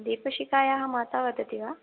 दीपशिखायाः माता वदति वा